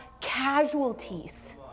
casualties